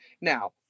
Now